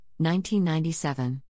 1997